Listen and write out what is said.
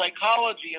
psychology